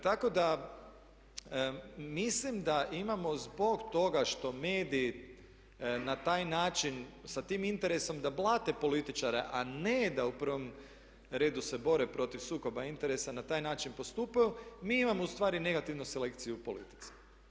Tako da mislim da imamo zbog toga što mediji na taj način sa tim interesom da blate političare, a ne da u prvom redu se bore protiv sukoba interesa na taj način postupaju mi imamo ustvari negativnu selekciju u politici.